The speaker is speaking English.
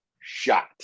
shot